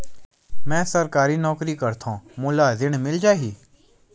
मै सरकारी नौकरी करथव मोला ऋण मिल जाही?